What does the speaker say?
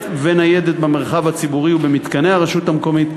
וניידת במרחב הציבורי ובמתקני הרשות המקומית,